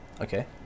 Okay